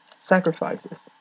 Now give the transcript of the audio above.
sacrifices